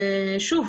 שוב,